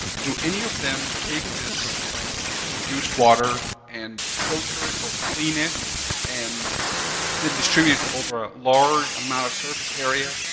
do any of them take this produced water and filter it or clean it and then distribute it over a large amount of surface area?